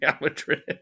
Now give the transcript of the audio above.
Madrid